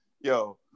yo